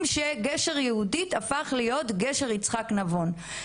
שגשר יהודית הפך להיות גשר יצחק נבון.